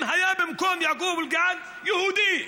אם היה במקום יעקוב אבו אלקיעאן יהודי,